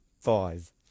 five